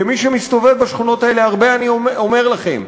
כמי שמסתובב הרבה בשכונות האלה אני אומר לכם,